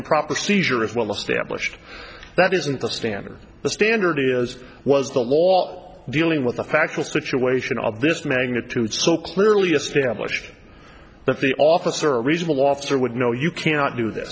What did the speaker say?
improper seizure is well established that isn't the standard the standard is was the law dealing with the factual situation of this magnitude so clearly established that the officer a reasonable officer would know you cannot do th